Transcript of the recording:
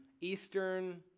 Eastern